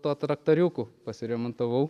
tuo traktoriuku pasiremontavau